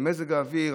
מזג אוויר,